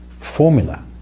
formula